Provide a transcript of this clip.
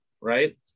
right